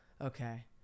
Okay